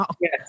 Yes